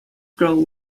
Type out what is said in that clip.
grows